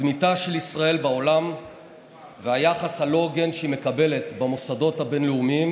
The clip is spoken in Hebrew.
תדמיתה של ישראל בעולם והיחס הלא-הוגן שהיא מקבלת במוסדות הבין-לאומיים,